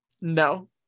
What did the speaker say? No